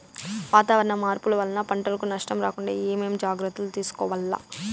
వాతావరణ మార్పులు వలన పంటలకు నష్టం రాకుండా ఏమేం జాగ్రత్తలు తీసుకోవల్ల?